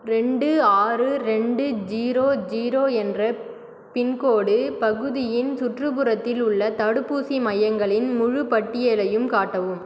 ரெண்டு ஆறு ரெண்டு ஜீரோ ஜீரோ என்ற பின்கோட் பகுதியின் சுற்றுப்புறத்தில் உள்ள தடுப்பூசி மையங்களின் முழுப் பட்டியலையும் காட்டவும்